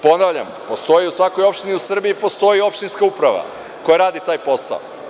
Ponavljam, u svakoj opštini u Srbiji postoji opštinska uprava koja radi taj posao.